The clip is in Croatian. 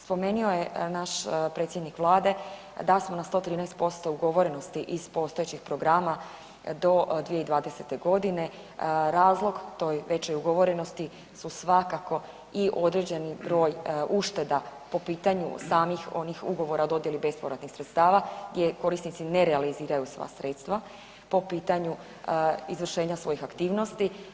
Spomenio je naš predsjednik Vlade da smo na 113% ugovorenosti iz postojećeg programa do 2020. g., razlog toj većoj ugovorenosti su svakako i određeni broj ušteda po pitanju samih onih ugovora o dodjeli bespovratnih sredstava gdje korisnici ne realiziraju svoja sredstva po pitanju izvršenja svojih aktivnosti.